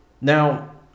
Now